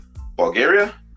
Bulgaria